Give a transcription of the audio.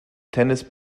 tennis